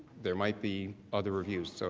there might be other reviews. so